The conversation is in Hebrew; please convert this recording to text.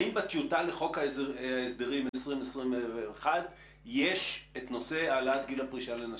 האם בטיוטה לחוק ההסדרים 2021 יש את נושא העלאת גיל הפרישה לנשים?